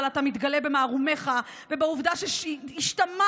אבל אתה מתגלה במערומיך ובעובדה שהשתמש